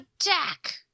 attack